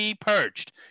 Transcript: Perched